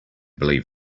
believe